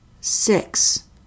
six